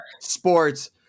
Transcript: sports